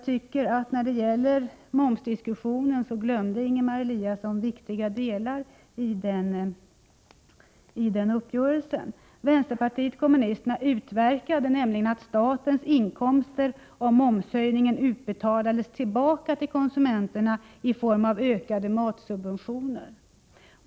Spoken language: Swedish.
Men han glömde viktiga delar i den uppgörelsen. Vänsterpartiet kommunisterna utverkade nämligen att statens inkomster av momshöjningen betalades tillbaka till konsumenterna i form av ökade matsubventioner.